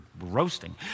roasting